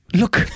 Look